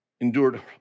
endured